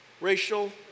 racial